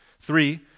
Three